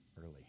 early